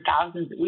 thousands